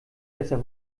besser